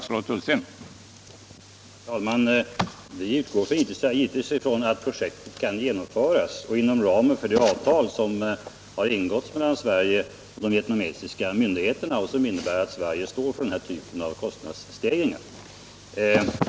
Herr talman! Vi utgår givetvis från att projektet kan genomföras inom ramen för det avtal som ingåtts mellan Sverige och de vietnamesiska myndigheterna och som innebär att Sverige står för denna typ av kostnadsstegringar.